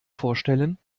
vorstellen